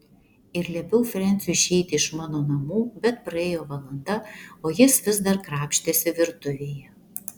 ir liepiau frensiui išeiti iš mano namų bet praėjo valanda o jis vis dar krapštėsi virtuvėje